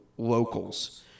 locals